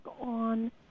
on